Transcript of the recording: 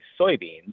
soybeans